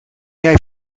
jij